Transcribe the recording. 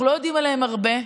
אנחנו לא יודעים עליהם הרבה,